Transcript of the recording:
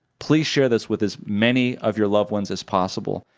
please share this with as many of your loved ones as possible,